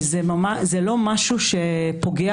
זה לא משהו שפוגע